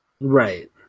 Right